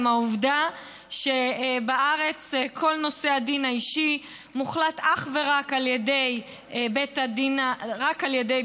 עם העובדה שבארץ כל נושא הדין האישי מוחלט אך ורק על ידי בית הדין הדתי,